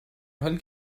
حالی